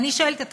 ואני שואלת אתכם,